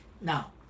Now